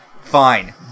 Fine